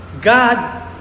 God